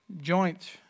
joint